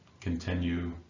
continue